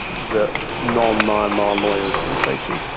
that non-myanmar lawyers will be facing.